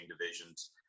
divisions